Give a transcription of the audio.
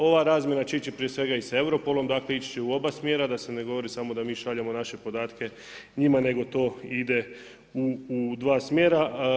Ova razmjena će ići prije svega i sa Europolom, dakle ići će u oba smjera, da se ne govori samo da mi šaljemo naše podatke njima nego to ide u dva smjera.